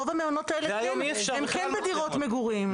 רוב המעונות האלה הם כן בדירות מגורים.